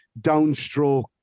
downstroke